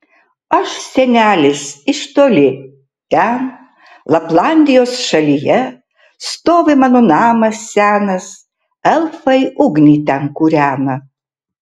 aš senelis iš toli ten laplandijos šalyje stovi mano namas senas elfai ugnį ten kūrena